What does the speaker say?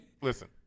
Listen